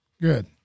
Good